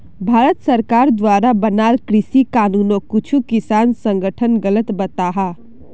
भारत सरकार द्वारा बनाल कृषि कानूनोक कुछु किसान संघठन गलत बताहा